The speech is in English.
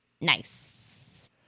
Nice